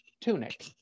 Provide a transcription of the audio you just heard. tunic